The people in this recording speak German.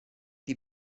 die